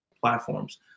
platforms